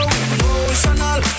emotional